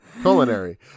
Culinary